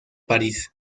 parís